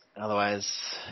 otherwise